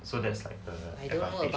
s